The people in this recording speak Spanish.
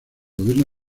gobierno